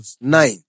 nine